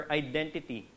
identity